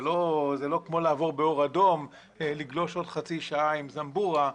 זה לא כמו לעבור באור אדום לגלוש עוד חצי שעה עם זמבורה,